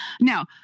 now